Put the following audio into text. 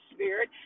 Spirit